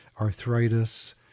arthritis